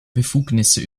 befugnisse